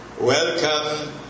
Welcome